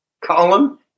column